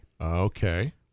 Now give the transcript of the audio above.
Okay